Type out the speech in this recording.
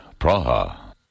Praha